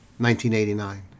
1989